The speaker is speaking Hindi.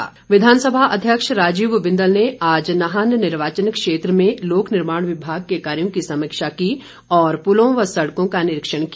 बिंदल विधानसभा अध्यक्ष राजीव बिंदल ने आज नाहन निर्वाचन क्षेत्र में लोक निर्माण विभाग के कार्यों की समीक्षा की और पुलों व सड़कों का निरिक्षण किया